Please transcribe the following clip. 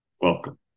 Welcome